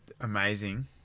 amazing